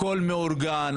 הכול מאורגן,